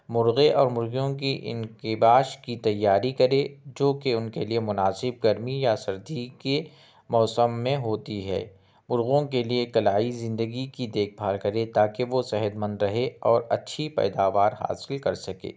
مرغے اور مرغیوں کی انقباس کی تیاری کرے جو کہ ان کے لئے مناسب گرمی یا سردی کے موسم میں ہوتی ہے مرغوں کے لئے قلعی زندگی کی دیکھ بھال کرے تاکہ وہ صحت مند رہے اور اچھی پیدوار حاصل کر سکے